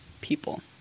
people